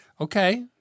Okay